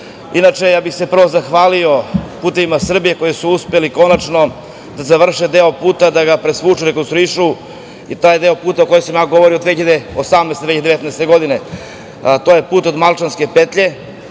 Srbije. Inače, ja bih se prvo zahvalio „Putevima Srbije“ koji su uspeli konačno da završe deo puta, da ga presvuku, rekonstruišu. Taj deo puta o kojem sam ja govorio 2018, 2019. godine je put od Malčanske petlje